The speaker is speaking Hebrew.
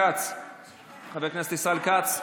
חבר הכנסת ישראל כץ,